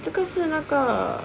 这个是那个